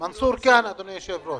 אדוני היושב-ראש.